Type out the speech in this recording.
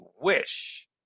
Wish